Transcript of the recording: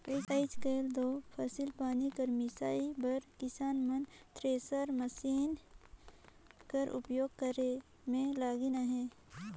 आएज काएल दो फसिल पानी कर मिसई बर किसान मन थेरेसर मसीन कर उपियोग करे मे लगिन अहे